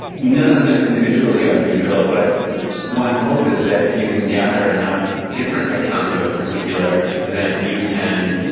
none of them individually are neutral, but one hope is that if you can gather enough different accounts of a particular event you can,